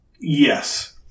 Yes